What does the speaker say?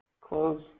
close